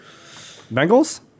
Bengals